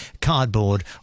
cardboard